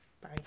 Bye